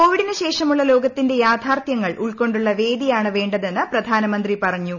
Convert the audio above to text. കോവിഡിന് ശേഷമുള്ള ലോകത്തിന്റെ യാഥാർത്ഥ്യങ്ങൾ ഉൾക്കൊണ്ടുള്ള വേദിയാണ് വേണ്ടതെന്ന് പ്രപ്രധാനമന്ത്രി പറഞ്ഞു